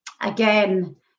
again